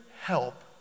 help